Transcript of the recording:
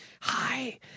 Hi